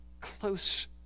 close